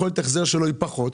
יכולת ההחזר שלו פחותה.